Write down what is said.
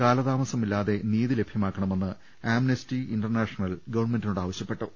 കാലതാമസമില്ലാതെ നീതി ലഭ്യമാക്കണമെന്ന് ആംനസ്റ്റി ഇന്റർനാഷണൽ ഗവൺമെന്റിനോട് ആവശ്യപ്പെട്ടു